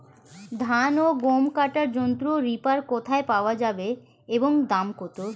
ধান ও গম কাটার যন্ত্র রিপার কোথায় পাওয়া যাবে এবং দাম কত?